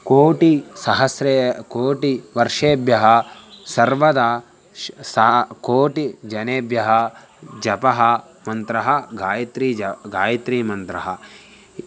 कोटिसहस्रे कोटिवर्षेभ्यः सर्वदा श् सा कोटिजनेभ्यः जपः मन्त्रः गायत्री जनाः गायत्रीमन्त्रः